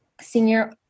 senior